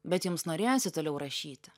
bet jums norėjosi toliau rašyti